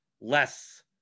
less